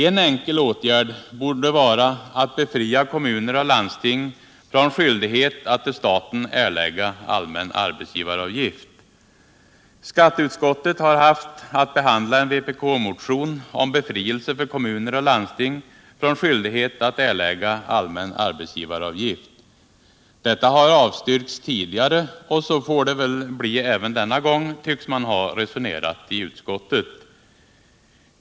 En enkel åtgärd borde vara att befria kommuner och landsting från skyldighet att till staten erlägga allmän arbetsgivaravgift. Skatteutskottet har haft att behandla en vpk-motion om befrielse för kommuner och landsting från skyldighet att erlägga allmän arbetsgivaravgift. Detta har avstyrkts tidigare, och så får det väl bli även denna gång tycks man ha resonerat I utskottet.